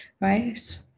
right